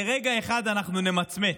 לרגע אחד אנחנו נמצמץ,